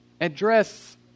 address